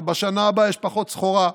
ובשנה הבאה יש פחות סחורה.